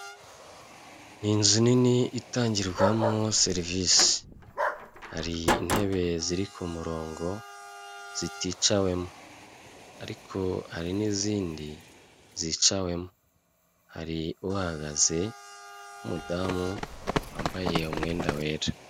Ni inzu nini itangirwamo serivisi hari intebe ziri ku murongo ziticawemo ariko hari n'izindi zicawemo, hari uhagaze nk'umudamu wambaye umwenda wera.